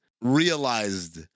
realized